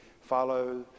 follow